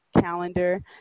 calendar